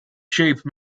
shape